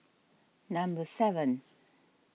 number seven